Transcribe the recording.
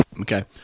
Okay